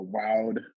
wowed